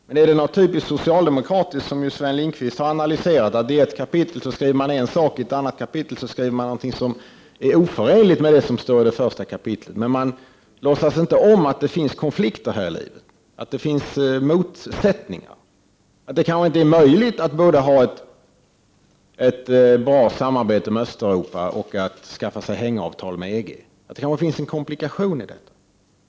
Men det är något typiskt socialdemokratiskt, som Sven Lindqvist har analyserat, att i ett kapitel skriva en sak och i ett annat skriva något som är oförenligt med det som står i det första kapitlet. Man låtsas inte om att det finns konflikter här i livet, att det finns motsättningar, att det kanske inte är möjligt att ha både ett bra samarbete med Östeuropa och skaffa sig hängavtal med EG. Det kanske finns en komplikation i detta.